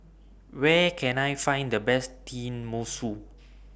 Where Can I Find The Best Tenmusu